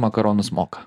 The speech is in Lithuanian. makaronus moka